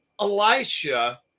Elisha